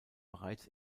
bereits